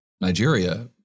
Nigeria